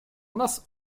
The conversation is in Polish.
nas